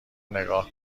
نگاه